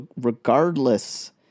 regardless